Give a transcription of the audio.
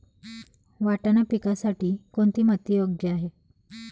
वाटाणा पिकासाठी कोणती माती योग्य आहे?